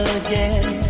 again